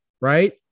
Right